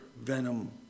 venom